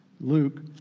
Luke